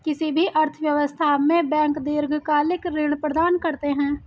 किसी भी अर्थव्यवस्था में बैंक दीर्घकालिक ऋण प्रदान करते हैं